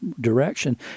direction